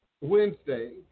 Wednesday